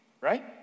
right